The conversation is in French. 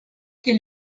est